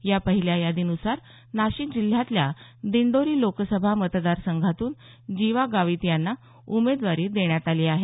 या पहिल्या यादीनुसार नाशिक जिल्ह्यातल्या दिंडोरी लोकसभा मतदार संघातून जीवा गावित यांना उमेदवारी देण्यात आली आहे